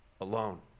alone